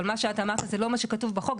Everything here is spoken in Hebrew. אבל מה שאתה אמרת זה לא מה שכתוב בחוק,